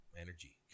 energy